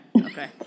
Okay